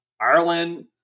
ireland